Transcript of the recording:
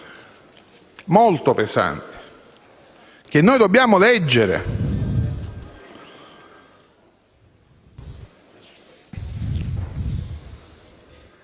molto pesanti, che noi dobbiamo leggere.